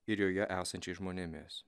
ir joje esančiais žmonėmis